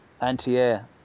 anti-air